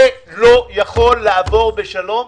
זה לא יכול לעבור בשלום.